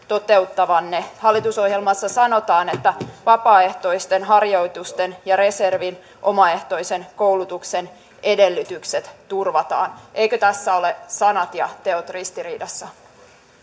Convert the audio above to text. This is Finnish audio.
toteuttavanne hallitusohjelmassa sanotaan että vapaaehtoisten harjoitusten ja reservin omaehtoisen koulutuksen edellytykset turvataan eivätkö tässä ole sanat ja teot ristiriidassa